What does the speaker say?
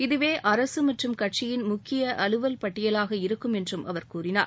இதுவே அரசு மற்றும் கட்சியின் முக்கிய அலுவல் பட்டியலாக இருக்கும் என்றும் அவர் கூறினார்